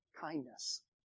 kindness